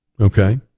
okay